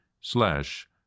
slash